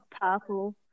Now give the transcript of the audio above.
Purple